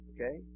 Okay